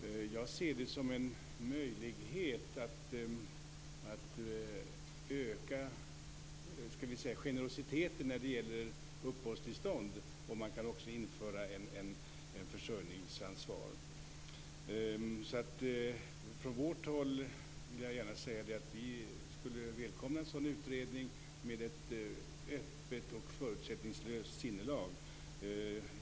Jag ser det som en möjlighet att öka generositeten när det gäller uppehållstillstånd om man kan införa ett försörjningsansvar. Från vårt håll vill jag gärna säga att vi skulle välkomna en sådan utredning med ett öppet och förutsättningslöst sinnelag.